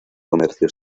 comercio